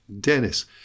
Dennis